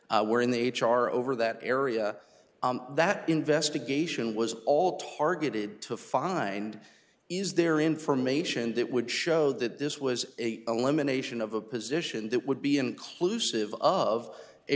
were in the h r over that area that investigation was all targeted to find is there information that would show that this was a elimination of a position that would be inclusive of a